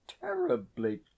terribly